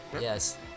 Yes